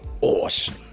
awesome